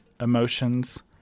emotions